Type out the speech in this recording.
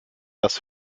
das